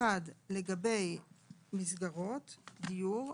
(1)לגבי מסגרות דיור,